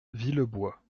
villebois